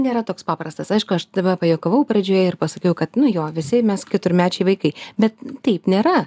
nėra toks paprastas aišku aš tave pajuokavau pradžioje ir pasakiau kad nu jo visi mes keturmečiai vaikai bet taip nėra